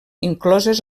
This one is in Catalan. incloses